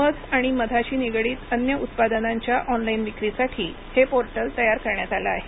मध आणि मधाशी निगडीत अन्य उत्पादनांच्या ऑन लाईन विक्रीसाठी हे पोर्टल तयार करण्यात आलं आहे